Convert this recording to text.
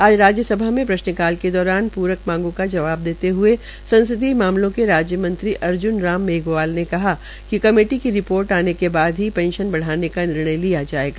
आज राज्य सभा में प्रश्नकाल के दौरान प्रक मांगों का जवाब देते हए संसदीय मामलों के राज्यमंत्री अर्ज्न राम मेघवाल ने कहा कि कमेटी की रिपोर्ट आने के बाद ही पेंशन बढ़ाने का निर्णय लिया जायेगा